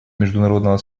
международного